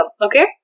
okay